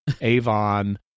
Avon